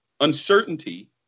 uncertainty